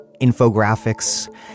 infographics